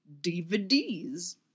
DVDs